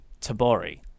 Tabori